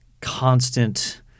constant